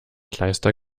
kleister